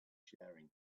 sharing